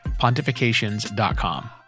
Pontifications.com